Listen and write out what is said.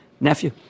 nephew